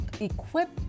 equip